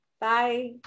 Bye